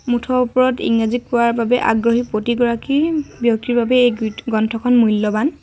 মুঠৰ ওপৰত ইংৰাজী কোৱাৰ বাবে আগ্ৰহী প্ৰতিগৰাকী ব্যক্তিৰ বাবে এই গ্ৰন্থখন মূল্যৱান